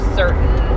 certain